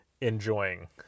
enjoying